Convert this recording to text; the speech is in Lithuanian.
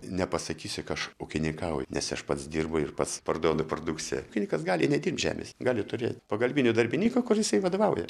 nepasakysiu ka aš ūkininkauju nes aš pats dirbu ir pats parduodu produkciją ūkininkas gali nedirbt žemės gali turėt pagalbinį darbininką kuris jai vadovauja